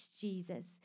Jesus